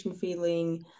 feeling